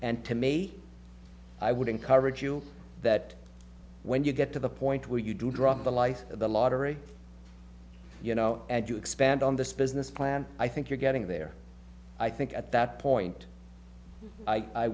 and to maybe i would encourage you that when you get to the point where you do drop the life of the lottery you know and you expand on this business plan i think you're getting there i think at that point i